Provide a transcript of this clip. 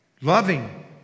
Loving